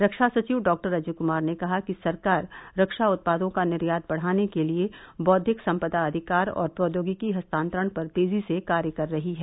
रक्षा सचिव डॉक्टर अजय कुमार ने कहा कि सरकार रक्षा उत्पादों का निर्यात बढ़ाने के लिए बौद्विक सम्पदा अधिकार और प्रौद्योगिकी हस्तांतरण पर तेजी से कार्य कर रही है